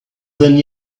than